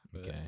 Okay